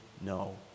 no